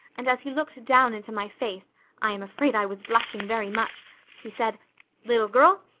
and as he looked down into my face i am afraid i was blushing very much he said little girl,